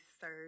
third